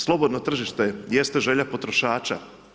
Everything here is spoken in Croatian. Slobodno tržište, jeste želja potrošača.